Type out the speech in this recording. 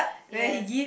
yes